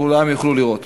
שכולם יוכלו לראות.